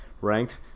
ranked